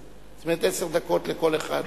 אומרת, עשר דקות לכל אחד